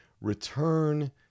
return